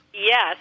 Yes